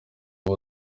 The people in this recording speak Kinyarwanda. ubu